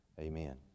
amen